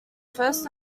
first